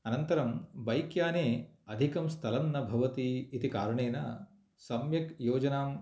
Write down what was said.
अनन्तरं बैक्याने अधिकं स्थलं न भवति इति कारणेन सम्यक् योजनां